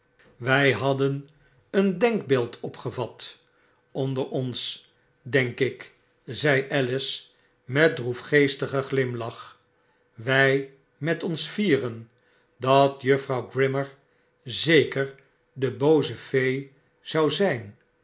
wy hadden een denkbeeld opgevat onder ons denk ik zei alice met droefgeestigen glimlach wy met ons vieren dat juffrouw grimmer zeker de booze fee zou zyn